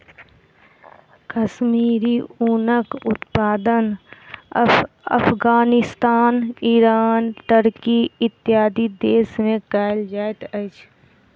कश्मीरी ऊनक उत्पादन Afghanistan, Iran, Turkey, इत्यादि देश में कयल जाइत अछि